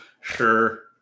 Sure